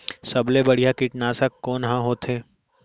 सबले बढ़िया कीटनाशक कोन ह होथे?